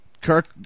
Kirk